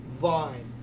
vine